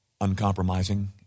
uncompromising